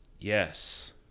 Yes